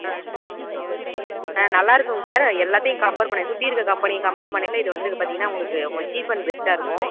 ஆ ஆ நல்லா இருக்குதுங்க சார் எல்லாத்தையும் கம்பேர் பண்ணி சுற்றி இருக்குற கம்பெனியை கம்பேர் பண்ணணையில இது வந்து பார்த்தீங்கன்னா உங்களுக்கு உங்க சீப் அண்ட் பெஸ்ட்டாக இருக்கும்